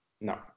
No